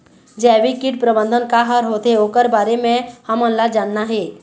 जैविक कीट प्रबंधन का हर होथे ओकर बारे मे हमन ला जानना हे?